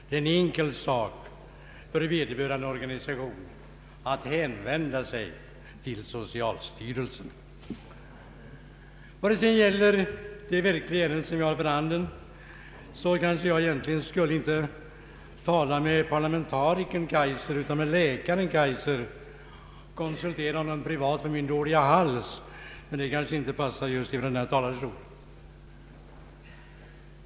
Det är en enkel sak för vederbörande organisation att hänvända sig till socialstyrelsen. Vad sedan gäller det ärende som egentligen är för handen borde jag väl inte tala med parlamentarikern Kaijser utan med läkaren Kaijser och konsultera honom privat för min dåliga hals, men det kanske inte passar just från denna talarstol.